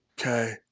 Okay